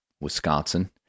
Wisconsin